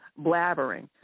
blabbering